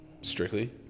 strictly